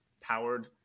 powered